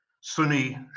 Sunni